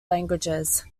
languages